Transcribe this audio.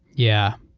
yeah,